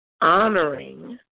honoring